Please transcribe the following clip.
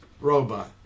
robot